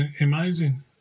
amazing